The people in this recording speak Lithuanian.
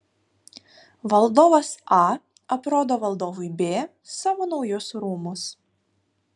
valdovas a aprodo valdovui b savo naujus rūmus